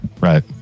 Right